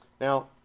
Now